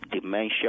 dementia